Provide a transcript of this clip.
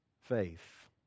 faith